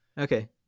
Okay